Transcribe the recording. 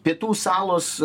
pietų salos